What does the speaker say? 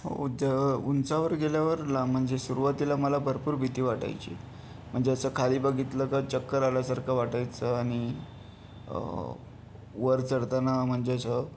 उ ज उंचावर गेल्यावर ला म्हणजे सुरुवातीला मला भरपूर भीती वाटायची म्हणजे असं खाली बघितलं का चक्कर आल्यासारखं वाटायचं आणि वर चढताना म्हणजेच